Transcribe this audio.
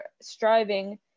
striving